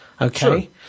Okay